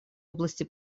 области